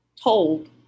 told